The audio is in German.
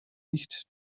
nicht